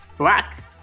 black